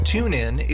TuneIn